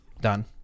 Done